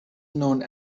known